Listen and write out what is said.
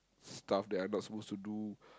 stuff that I'm not supposed to do